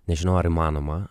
nežinau ar įmanoma